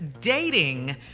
dating